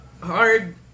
hard